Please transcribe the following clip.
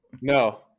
No